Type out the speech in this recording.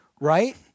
right